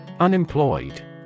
Unemployed